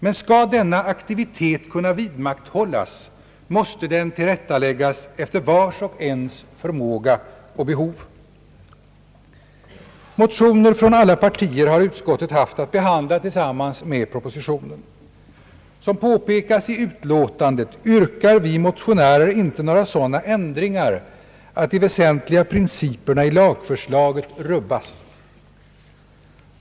Men skall denna aktivitet kunna vidmakthållas måste den tillrättaläggas efter vars och ens förmåga och behov. Motioner från alla partier har utskottet haft att behandla tillsammans med propositionen. Som påpekas i utlåtandet yrkar vi motionärer inte några sådana ändringar att de väsentliga principerna i lagförslaget rubbas.